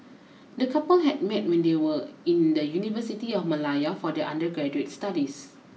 the couple had met when they were in the University of Malaya for their undergraduate studies